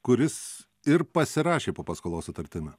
kuris ir pasirašė po paskolos sutartimi